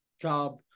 job